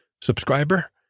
subscriber